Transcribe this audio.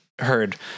heard